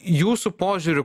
jūsų požiūriu